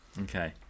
Okay